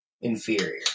Inferior